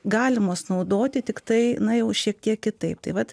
galimos naudoti tiktai na jau šiek tiek kitaip tai vat